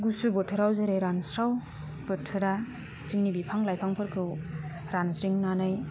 गुसु बोथोराव जेरै रानस्राव बोथोरा जोंनि बिफां लाइफांफोरखौ रानज्रिंनानै